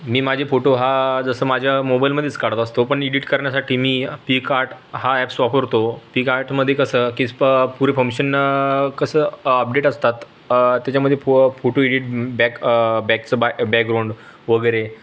मी माझे फोटो हा जसं माझ्या मोबाइलमध्येच काढत असतो पण इडिट करण्यासाठी मी पिकआर्ट हा ॲप्स वापरतो पिकआर्टमध्ये कसं कीस प पुर फंक्शन कसं अपडेट असतात त्याच्यामध्ये फु फोटो एडिट बॅक बॅकचं बा बॅकग्राऊंड वगैरे